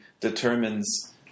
determines